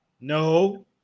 No